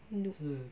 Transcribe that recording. noob